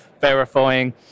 verifying